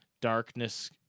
darkness